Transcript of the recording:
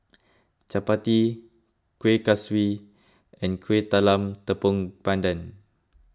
Chappati Kueh Kaswi and Kueh Talam Tepong Pandan